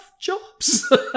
jobs